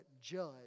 judge